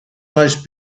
most